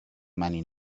many